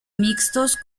mixtos